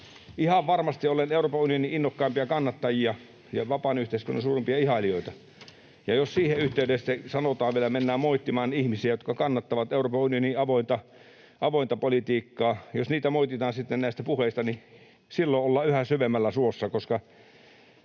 Ihan varmasti olen Euroopan unionin innokkaimpia kannattajia ja vapaan yhteiskunnan suurimpia ihailijoita, ja jos siinä yhteydessä vielä mennään moittimaan ihmisiä, jotka kannattavat Euroopan unionin avointa politiikkaa, jos heitä moititaan sitten näistä puheista, niin silloin ollaan yhä syvemmällä suossa,